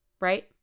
right